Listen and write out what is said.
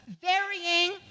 varying